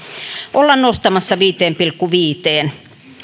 olla nostamassa viiteen pilkku viiteen